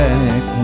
Back